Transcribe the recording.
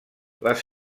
les